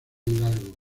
hidalgo